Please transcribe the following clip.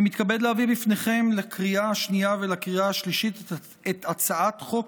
אני מתכבד להביא בפניכם לקריאה השנייה ולקריאה השלישית את הצעת חוק